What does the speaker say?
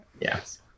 Yes